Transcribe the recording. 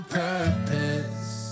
purpose